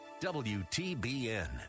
wtbn